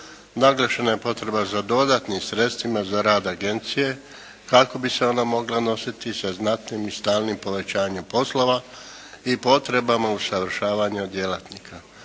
Naglašena je potreba za dodatnim sredstvima za rad agencije kako bi se ona mogla nositi sa znatnim i stalnim povećanjem poslova i potrebama usavršavanja djelatnika.